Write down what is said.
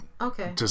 Okay